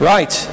Right